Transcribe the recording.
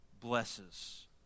blesses